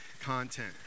content